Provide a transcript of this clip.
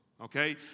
Okay